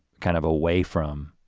kind of away from